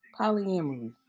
polyamory